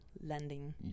lending